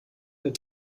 der